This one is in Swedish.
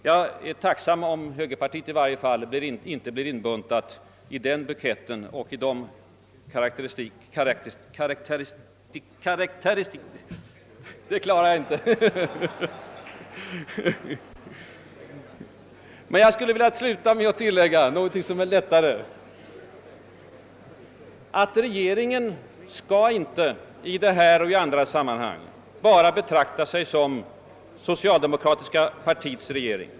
Jag vore i varje fall tacksam om högerpartiet inte blev inbuntat i den buketten och i den karakteristikon. Jag skulle vilja sluta med att understryka, att regeringen inte i det här och i andra sammanhang bör betrakta sig enbart som det socialdemokratiska partiets regering.